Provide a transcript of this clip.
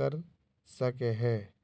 कर सके है?